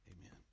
Amen